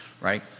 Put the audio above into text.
right